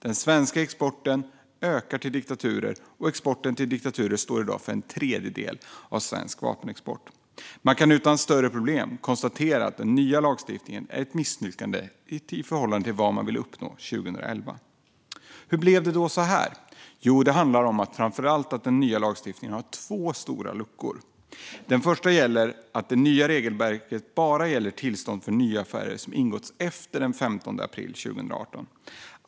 Den svenska exporten ökar till diktaturer, och exporten till diktaturer står i dag för en tredjedel av svensk vapenexport. Man kan utan större problem konstatera att den nya lagstiftningen är ett misslyckande i förhållande till vad man ville uppnå 2011. Hur blev det då så här? Det handlar framför allt om att den nya lagstiftningen har två stora luckor. Den första är att det nya regelverket bara gäller tillstånd för nya affärer som ingåtts efter den 15 april 2018.